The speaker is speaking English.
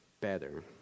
better